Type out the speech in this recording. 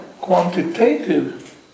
quantitative